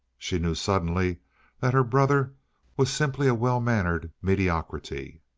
she knew suddenly that her brother was simply a well-mannered mediocrity.